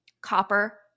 copper